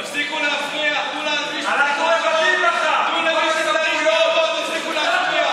תפסיקו להפריע, תנו להגיש, אנחנו, תפסיקו להפריע.